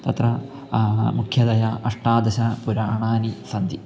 तत्र मुख्यतया अष्टादश पुराणानि सन्ति